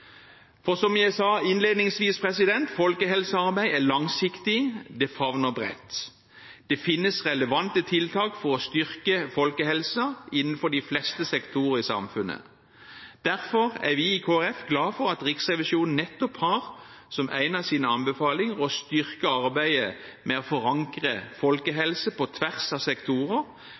Som jeg sa innledningsvis: Folkehelsearbeid er langsiktig, og det favner bredt. Det finnes relevante tiltak for å styrke folkehelsen innenfor de fleste sektorer i samfunnet. Derfor er vi i Kristelig Folkeparti glade for at Riksrevisjonen har som en av sine anbefalinger nettopp å styrke arbeidet med å forankre folkehelse på tvers av sektorer,